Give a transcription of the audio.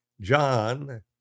John